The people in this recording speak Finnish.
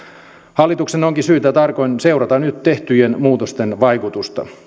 hallituksen onkin syytä tarkoin seurata nyt tehtyjen muutosten vaikutusta